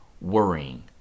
worrying